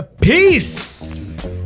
Peace